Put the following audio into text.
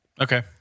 Okay